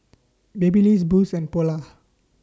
Babyliss Boost and Polar